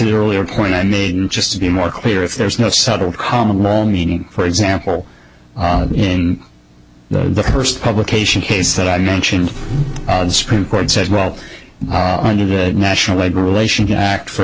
the earlier point i made just to be more clear if there's no subtle common meaning for example in the first publication case that i mentioned the supreme court said well under the national labor relations act for